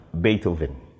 Beethoven